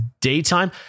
Daytime